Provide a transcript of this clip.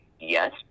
yes